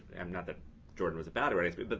um not that jordan was bad or anything, but